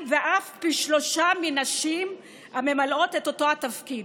ואף פי שלושה מנשים הממלאות את אותו תפקיד,